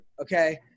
okay